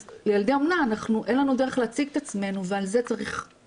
אז לילדי אומנה אין לנו דרך להציג את עצמנו ובזה צריך